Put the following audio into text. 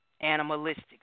animalistic